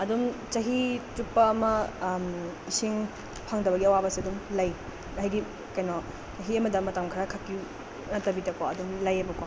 ꯑꯗꯨꯝ ꯆꯍꯤ ꯆꯨꯞꯄ ꯑꯃ ꯏꯁꯤꯡ ꯐꯪꯗꯕꯒꯤ ꯑꯋꯥꯕꯁꯤ ꯑꯗꯨꯝ ꯂꯩ ꯍꯥꯏꯗꯤ ꯀꯩꯅꯣ ꯆꯍꯤ ꯑꯃꯗ ꯃꯇꯝ ꯈꯔ ꯈꯛꯀꯤ ꯅꯠꯇꯕꯤꯗꯀꯣ ꯑꯗꯨꯝ ꯂꯩꯑꯕꯀꯣ